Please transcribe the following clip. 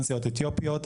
אתיופיות,